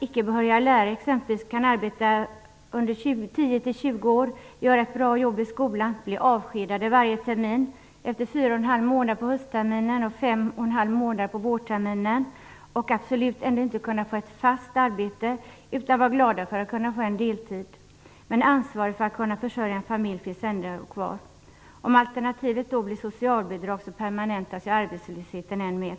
Icke behöriga lärare kan exempelvis arbeta 10-20 år. De utför ett bra arbete i skolan men blir ändå avskedade efter varje termin, efter 4,5 månader på höstterminen och 5,5 månader på vårterminen. De kan absolut inte få ett fast arbete utan får vara glada för en deltidstjänst. Men ansvaret för att försörja en familj finns ändå kvar. Om alternativet då blir socialbidrag, permanentas ju arbetslösheten än mer.